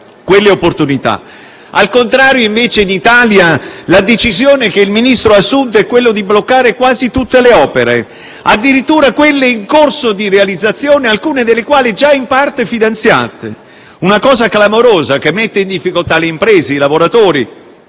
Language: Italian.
Al contrario, invece, in Italia la decisione che il Ministro ha assunto è bloccare quasi tutte le opere, addirittura quelle in corso di realizzazione, alcune delle quali già in parte finanziate. È un qualcosa di clamoroso che mette in difficoltà le imprese, i lavoratori,